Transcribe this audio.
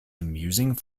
amusing